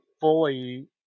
fully